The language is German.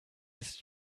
ist